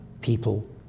people